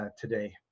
today